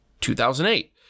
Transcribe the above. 2008